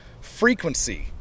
frequency